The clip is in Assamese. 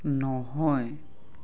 নহয়